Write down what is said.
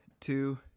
two